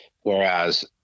whereas